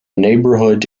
neighborhood